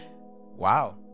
Wow